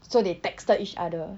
so they texted each other